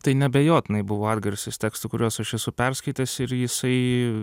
tai neabejotinai buvo atgarsis tekstų kuriuos aš esu perskaitęs ir jisai